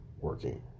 working